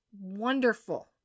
Wonderful